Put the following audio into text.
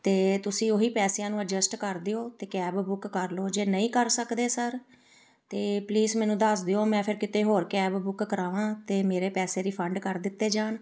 ਅਤੇ ਤੁਸੀਂ ਉਹੀ ਪੈਸਿਆਂ ਨੂੰ ਐਡਜਸਟ ਕਰ ਦਿਓ ਅਤੇ ਕੈਬ ਬੁੱਕ ਕਰ ਲਉ ਜੇ ਨਹੀਂ ਕਰ ਸਕਦੇ ਸਰ ਤਾਂ ਪਲੀਜ਼ ਮੈਨੂੰ ਦੱਸ ਦਿਓ ਮੈਂ ਫਿਰ ਕਿਤੇ ਹੋਰ ਕੈਬ ਬੁੱਕ ਕਰਾਵਾਂ ਅਤੇ ਮੇਰੇ ਪੈਸੇ ਰਿਫੰਡ ਕਰ ਦਿੱਤੇ ਜਾਣ